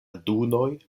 dunoj